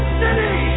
city